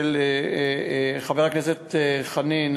שהעלה חבר הכנסת חנין,